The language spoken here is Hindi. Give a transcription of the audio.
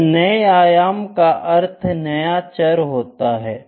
इस नए आयाम का अर्थ नया चर होता है